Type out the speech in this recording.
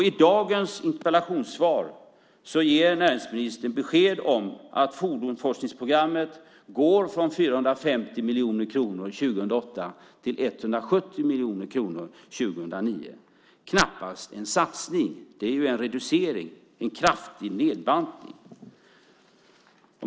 I dagens interpellationssvar ger näringsministern besked om att fordonsforskningsprogrammet går från 450 miljoner kronor 2008 till 170 miljoner kronor 2009. Det är knappast en satsning. Det är ju en reducering, en kraftig nedbantning.